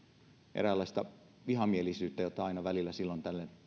eräänlaista vihamielisyyttä jota aina välillä silloin tällöin